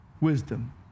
wisdom